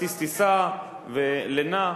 כרטיס טיסה ולינה.